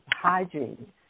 hygiene